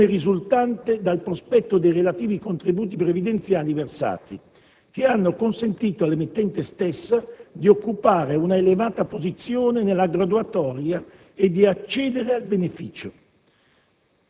come risultante dal prospetto dei relativi contributi previdenziali versati, che hanno consentito all'emittente stessa di occupare un'elevata posizione nella graduatoria e di accedere al beneficio.